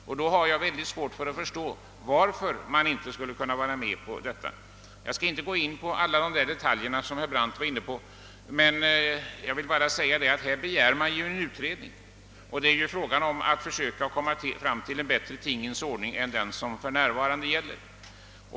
Under sådana omständigheter har jag svårt att förstå varför man inte skulle kunna gå med på detta förslag. Jag skall inte beröra alla detaljer som herr Brandt tog upp, men jag vill påpeka att vi begär en utredning. Det är alltså fråga om att försöka åstadkomma en bättre tingens ordning än den som för närvarande råder.